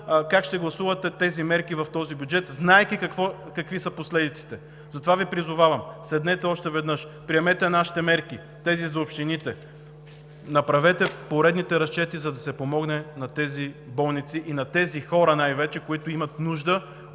как ще гласувате тези мерки в този бюджет, знаейки какви са последиците. Затова Ви призовавам: седнете още веднъж, приемете нашите мерки – тези за общините, направете поредните разчети, за да се помогне на тези болници и на тези хора най-вече, които имат нужда